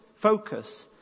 focus